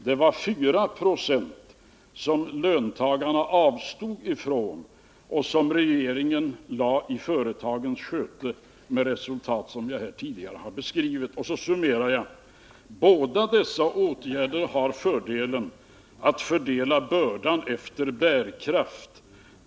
Det var 4 procent som löntagarna avstod från och som regeringen därefter placerade i företagens sköte med resultat som här beskrivits.” Därefter summerade jag: ”Båda dessa åtgärder har fördelen att fördela bördan efter bärkraft.